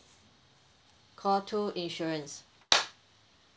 call two insurance